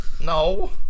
no